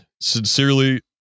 Sincerely